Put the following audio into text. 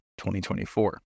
2024